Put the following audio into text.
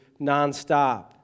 nonstop